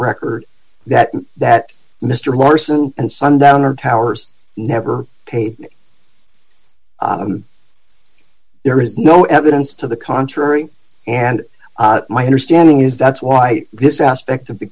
record that that mr larson and sundowner towers never paid there is no evidence to the contrary and my understanding is that's why this aspect of the